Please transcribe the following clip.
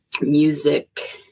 music